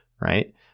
right